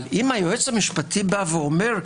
אבל אם היועץ המשפטי אומר: